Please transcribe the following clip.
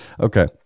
Okay